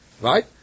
right